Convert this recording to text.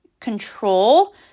control